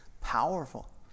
powerful